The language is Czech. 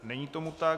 Není tomu tak.